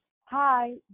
Hi